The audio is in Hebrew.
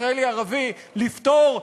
הישראלי ערבי לפתור,